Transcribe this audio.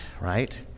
right